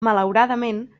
malauradament